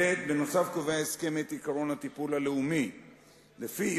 בנוסף קובע ההסכם את עקרון הטיפול הלאומי שלפיו